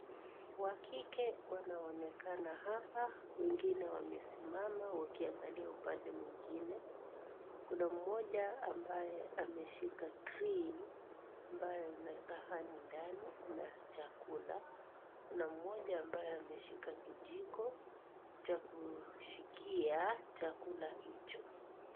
Wakike wanaonekana hapa wengine amesimama wakiangalia upande mwingine Kuna mmoja ambaye ameshika (cs) tray (cs) ambayo inasahani ndani na chakula kuna mmoja ambaye ameshika kijiko cha kushikia chakula hicho.